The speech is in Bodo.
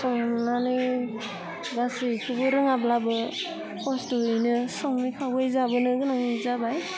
संनानै गासैखौबो रोङाब्लाबो खस्थ'वैनो सङै खावै जाबोनो गोनां जाबाय